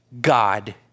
God